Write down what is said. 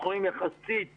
הסכומים יחסית נמוכים.